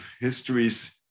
histories